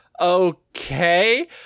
Okay